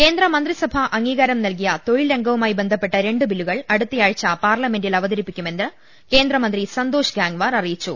കേന്ദ്രമന്ത്രിസഭ അംഗീകാരം നൽകിയ തൊഴിൽ രംഗവുമായി ബന്ധപ്പെട്ട രണ്ട് ബില്ലുകൾ അടുത്തയാഴ്ച പാർലമെന്റിൽ അവതരിപ്പിക്കുമെന്ന് കേന്ദ്ര മന്ത്രി സന്തോഷ് ഗാങ്വാർ അറിയിച്ചു